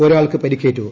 ഒരാൾക്ക് പരിക്കേറ്റു